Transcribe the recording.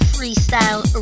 Freestyle